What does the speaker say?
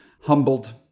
humbled